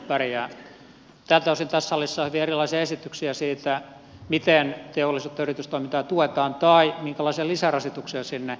tältä osin tässä salissa on hyvin erilaisia esityksiä siitä miten teollisuutta ja yritystoimintaa tuetaan tai minkälaisia lisärasituksia sinne ollaan esittämässä